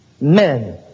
men